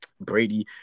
brady